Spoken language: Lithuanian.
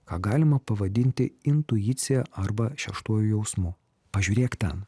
ką galima pavadinti intuicija arba šeštuoju jausmu pažiūrėk ten